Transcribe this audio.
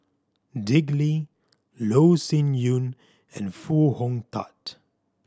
Dick Lee Loh Sin Yun and Foo Hong Tatt